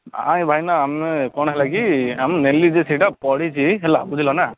ଏ ଭାଇନା ଆମେ କ'ଣ ହେଲା କି ଆମେ ନେଲି ଯେ ସେଇଟା ପଢି଼ଚି ହେଲା ବୁଝିଲ ନାଁ